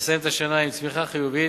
נסיים את השנה עם צמיחה חיובית,